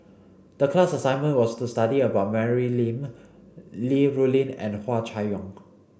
the class assignment was to study about Mary Lim Li Rulin and Hua Chai Yong